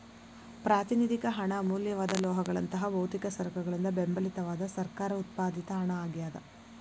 ಪ್ರಾತಿನಿಧಿಕ ಹಣ ಅಮೂಲ್ಯವಾದ ಲೋಹಗಳಂತಹ ಭೌತಿಕ ಸರಕುಗಳಿಂದ ಬೆಂಬಲಿತವಾದ ಸರ್ಕಾರ ಉತ್ಪಾದಿತ ಹಣ ಆಗ್ಯಾದ